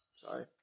sorry